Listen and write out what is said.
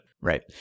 Right